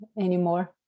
anymore